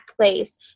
place